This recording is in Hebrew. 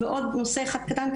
עוד נושא אחד קטן,